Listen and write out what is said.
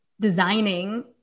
designing